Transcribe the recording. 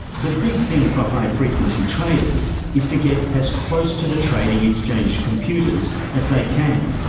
the big thing for high-frequency traders is to get as close to the trading exchange computers as they can.